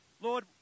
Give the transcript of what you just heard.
Lord